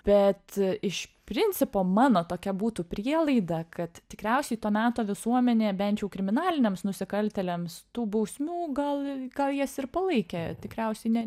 bet iš principo mano tokia būtų prielaida kad tikriausiai to meto visuomenė bent jau kriminaliniams nusikaltėliams tų bausmių gal gal jas ir palaikė tikriausiai ne